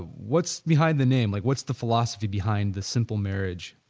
what's behind the name? like what's the philosophy behind the simple marriage